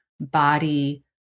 body